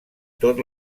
tot